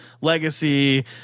legacy